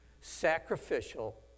sacrificial